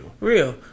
Real